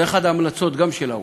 זאת גם אחת ההמלצות של האו"ם,